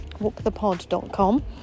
Walkthepod.com